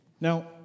Now